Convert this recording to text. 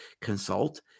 consult